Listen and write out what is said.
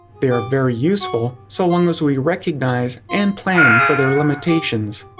they are very useful, so long as we recognize, and plan, for their limitations.